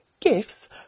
gifts